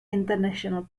international